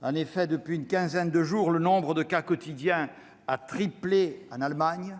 France : depuis une quinzaine de jours, le nombre de cas quotidiens a triplé en Allemagne